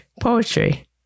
poetry